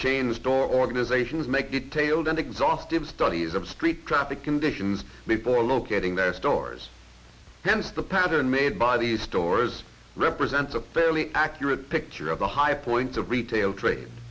chain store organizations make it tailed and exhaustive studies of street traffic conditions before locating their stores hence the pattern made by the stores represent a fairly accurate picture of the high point of retail tra